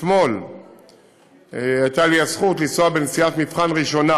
אתמול הייתה לי הזכות לנסוע נסיעת מבחן ראשונה